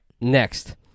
Next